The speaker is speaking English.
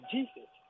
Jesus